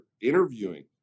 interviewing